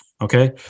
okay